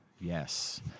Yes